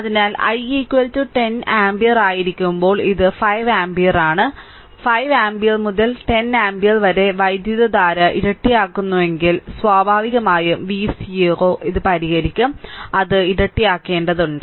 അതിനാൽ i 10 ampere ആയിരിക്കുമ്പോൾ ഇത് 5 ആമ്പിയർ ആണ് 5 ആമ്പിയർ മുതൽ 10 ആമ്പിയർ വരെ വൈദ്യുതധാര ഇരട്ടിയാകുന്നുവെങ്കിൽ സ്വാഭാവികമായും v0 ഇത് പരിഹരിക്കും അത് ഇരട്ടിയാക്കേണ്ടതുണ്ട്